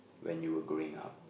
when you were growing up